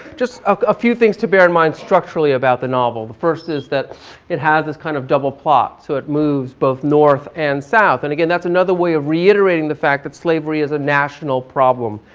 just a few things to bear in mind structurally about the novel. the first is that it has this kind of double plot, so it's moves both north and south and again that's another way of reiterating the fact that slavery is a national problem.